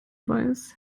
weiß